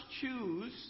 choose